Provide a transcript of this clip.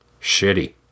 Shitty